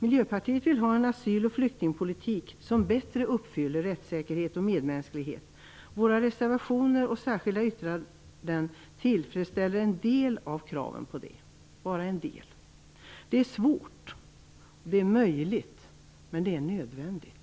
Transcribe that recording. Miljöpartiet vill ha en asyl och flyktingpolitik som bättre uppfyller rättssäkerhet och medmänsklighet. Våra reservationer och särskilda yttranden tillfredsställer en del av kraven på det, men bara en del. Det är möjligt att det är svårt, men det är nödvändigt.